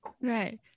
Right